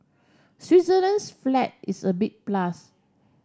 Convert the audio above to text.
Switzerland's flag is a big plus